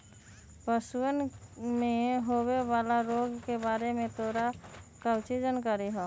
पशुअन में होवे वाला रोग के बारे में तोरा काउची जानकारी हाउ?